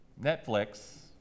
Netflix